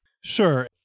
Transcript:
Sure